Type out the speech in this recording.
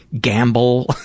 gamble